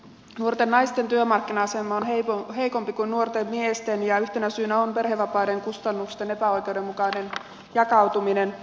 nuorten naisten työmarkkina asema on heikompi kuin nuorten miesten ja yhtenä syynä on perhevapaiden kustannusten epäoikeudenmukainen jakautuminen